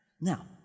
Now